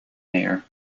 mayor